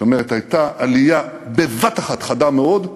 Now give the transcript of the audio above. זאת אומרת, הייתה עלייה בבת-אחת, חדה מאוד,